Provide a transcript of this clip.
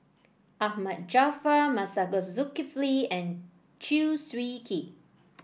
Ahmad Jaafar Masagos Zulkifli and Chew Swee Kee